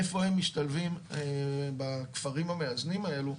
איפה הם משתלבים בכפרים המאזנים האלו?